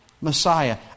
Messiah